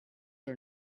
are